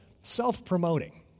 self-promoting